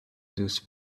those